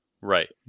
right